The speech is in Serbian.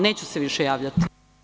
Neću se više javljati.